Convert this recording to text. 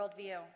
worldview